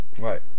Right